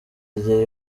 igihe